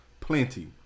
Plenty